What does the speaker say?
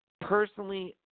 personally